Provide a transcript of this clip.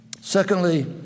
Secondly